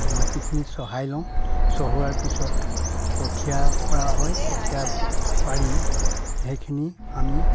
মাটিখিনি চহাই লওঁ চহোৱাৰ পিছত কঠীয়া পৰা হয় কঠীয়া পাৰি সেইখিনি আমি